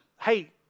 Hey